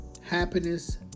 happiness